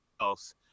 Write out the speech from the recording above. else